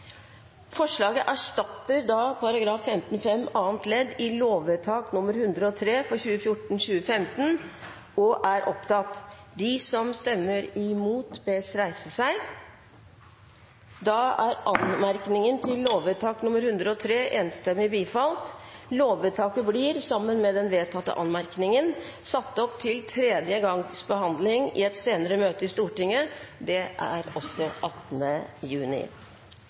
Forslaget erstatter § 15-5 annet ledd i lovvedtak 103 for 2014–2015. Lovvedtaket blir, sammen med den vedtatte anmerkningen, satt opp til tredje gangs behandling i et senere møte i Stortinget. Det er også 18. juni.